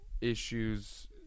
issues